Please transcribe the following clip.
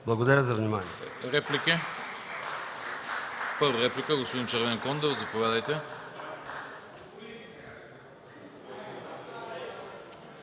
Благодаря за вниманието.